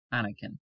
Anakin